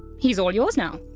he is all yours now!